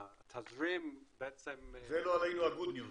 והתזרים --- זה לא עלינו ה-good news.